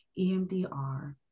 EMDR